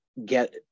get